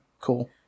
Cool